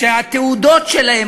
שהתעודות שלהם,